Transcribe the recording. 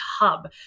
hub